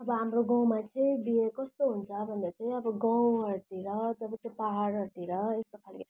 अब हाम्रो गाउँमा चाहिँ बिहे कस्तो हुन्छ भन्दा चाहिँ अब गाउँहरूतिर तपाईँको पाहाडहरूतिर यस्तो खाले